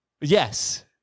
Yes